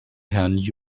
herrn